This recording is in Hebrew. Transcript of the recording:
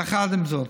יחד עם זאת,